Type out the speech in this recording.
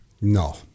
No